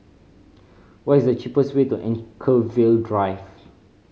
what is the cheapest way to Anchorvale Drive